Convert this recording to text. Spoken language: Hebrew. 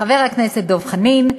חבר הכנסת דב חנין,